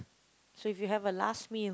so if you have a last meal